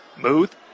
Muth